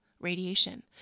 radiation